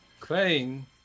playing